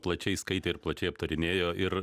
plačiai skaitė ir plačiai aptarinėjo ir